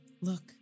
Look